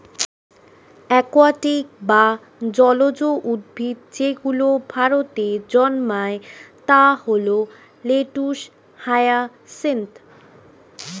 aquatic বা জলজ উদ্ভিদ যেগুলো ভারতে জন্মায় তা হল লেটুস, হায়াসিন্থ